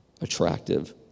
attractive